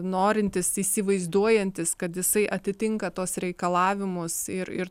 norintis įsivaizduojantis kad jisai atitinka tuos reikalavimus ir ir